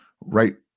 right